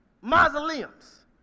mausoleums